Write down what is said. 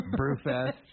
Brewfest